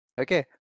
okay